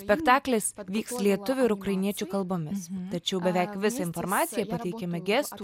spektaklis vyks lietuvių ir ukrainiečių kalbomis tačiau beveik visą informaciją pateikiame gestų